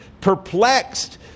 perplexed